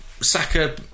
Saka